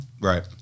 right